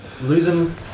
losing